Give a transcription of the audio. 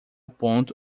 ponto